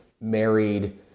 married